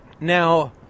Now